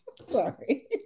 Sorry